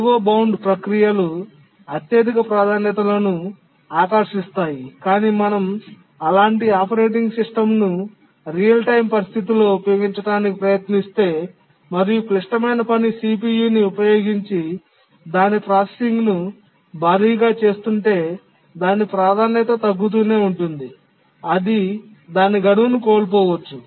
IO bound ప్రక్రియలు అత్యధిక ప్రాధాన్యతలను ఆకర్షిస్తాయి కాని మనం అలాంటి ఆపరేటింగ్ సిస్టమ్ను నిజ సమయ పరిస్థితిలో ఉపయోగించటానికి ప్రయత్నిస్తే మరియు క్లిష్టమైన పని CPU ని ఉపయోగించి దాని ప్రాసెసింగ్ను భారీగా చేస్తుంటే దాని ప్రాధాన్యత తగ్గుతూనే ఉంటుంది అది దాని గడువును కోల్పోవచ్చు